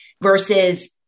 versus